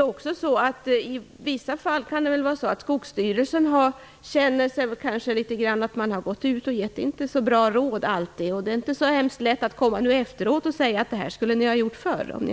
alla fall viktigt. I vissa fall kan det också vara så att man från Skogsstyrelsen upplever att det kanske inte alltid kommit ut så bra råd. Det är inte så lätt att efteråt komma och säga att man skulle ha gjort detta förr.